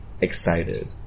excited